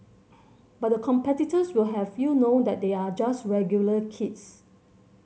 but the competitors will have you know that they are just regular kids